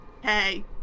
Hey